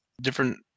Different